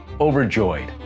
overjoyed